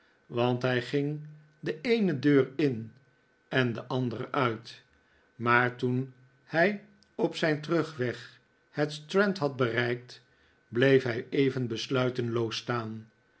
want hij ging de eene deur in en de andere uit maar toen hij op zijn terugweg het strand had bereikt bleef hij even besluiteloos staan